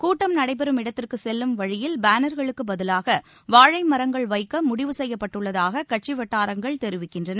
கூட்டம் நடைபெறும் இடத்திற்கு செல்லும் வழியில் பேனர்களுக்கு பதிலாக வாழை மரங்கள் வைக்க முடிவு செய்யப்பட்டுள்ளதாக கட்சி வட்டாரங்கள் தெரிவிக்கின்றன